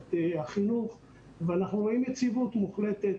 במערכת החינוך ואנחנו רואים יציבות מוחלטת.